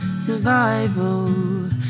survival